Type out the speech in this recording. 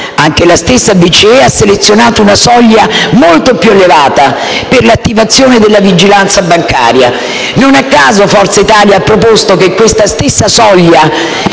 Anche la stessa BCE ha selezionato una soglia molto più elevata per l'attivazione della vigilanza bancaria. Non a caso Forza Italia ha proposto che questa stessa soglia,